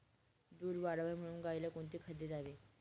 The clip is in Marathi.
दूध वाढावे म्हणून गाईला कोणते खाद्य द्यावे?